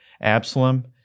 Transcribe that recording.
Absalom